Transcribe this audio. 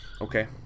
Okay